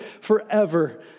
forever